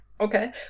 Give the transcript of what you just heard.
Okay